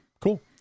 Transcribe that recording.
cool